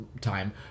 time